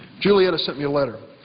julietta sent me a letter.